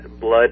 blood